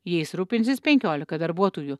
jais rūpinsis penkiolika darbuotojų